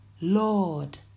Lord